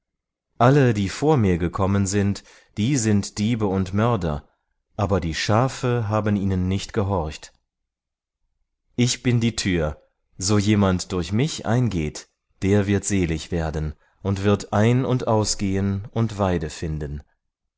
alle die vor mir gekommen sind die sind diebe und mörder aber die schafe haben ihnen nicht gehorcht ich bin die tür so jemand durch mich eingeht der wird selig werden und wird ein und aus gehen und weide finden